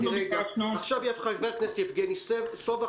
עכשיו ידבר חבר הכנסת יבגני סובה,